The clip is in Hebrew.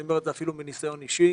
אני אומר את זה אפילו מניסיון אישי.